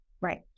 Right